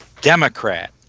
Democrat